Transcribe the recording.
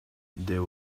there